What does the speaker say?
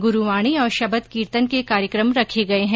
गुरूवाणी और शबद कीर्तन के कार्यक्रम रखे गये हैं